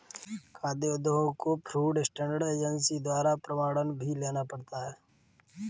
खाद्य उद्योगों को फूड स्टैंडर्ड एजेंसी द्वारा प्रमाणन भी लेना होता है